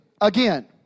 again